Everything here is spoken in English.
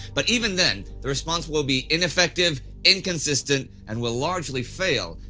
but even then the response will be ineffective, inconsistent, and will largely fail,